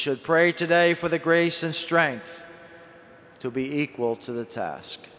should pray today for the grace and strength to be equal to the task